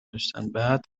داشتن، بعد